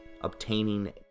obtaining